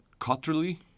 Cotterly